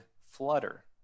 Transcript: flutter